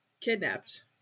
kidnapped